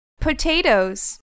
Potatoes